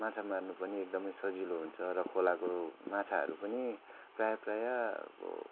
माछा मार्नु पनि एकदमै सजिलो हुन्छ र खोलाको माछाहरू पनि प्रायः प्रायः अब